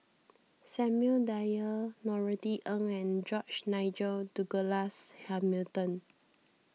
Samuel Dyer Norothy Ng and George Nigel Douglas Hamilton